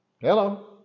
Hello